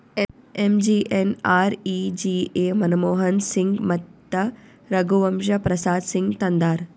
MGNREGA Manmohan Singh ಮತ್ತ ರಘುವಂಶ ಪ್ರಸಾದ್ ಸಿಂಗ್ ತಂದಾರ್